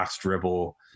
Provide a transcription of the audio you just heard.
dribble